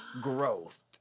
growth